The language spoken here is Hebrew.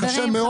קשה מאוד.